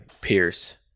Pierce